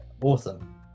awesome